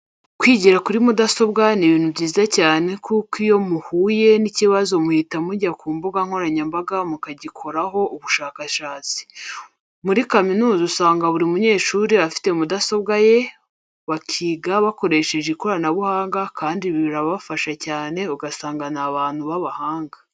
Kwigira kuri mudasobwa ni ibintu byiza cyane kubera ko iyo muhuye n'ikibazo muhita mujya ku mbuga nkoranyambaga mukagikoraho ubushakashatsi. Muri kaminuza usanga buri munyeshuri afite mudasobwa ye, bakiga bakoresheje ikoranabuhanga kandi birabafasha cyane ugasanga ni abantu b'abahanga.